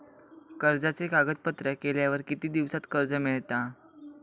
कर्जाचे कागदपत्र केल्यावर किती दिवसात कर्ज मिळता?